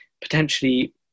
potentially